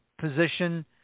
position